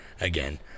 Again